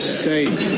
safe